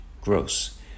gross